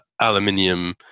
aluminium